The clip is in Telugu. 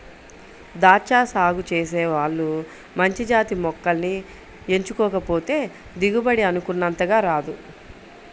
దాచ్చా సాగు చేసే వాళ్ళు మంచి జాతి మొక్కల్ని ఎంచుకోకపోతే దిగుబడి అనుకున్నంతగా రాదు